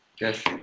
Yes